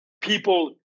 people